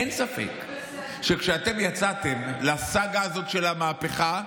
אין ספק שכשאתם יצאתם לסאגה הזאת של המהפכה,